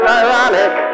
ironic